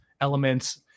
elements